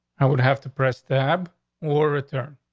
i would have to press tab or return.